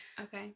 Okay